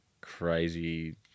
crazy